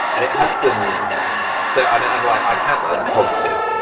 and it has some so and and i count that as a positive.